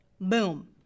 Boom